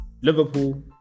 Liverpool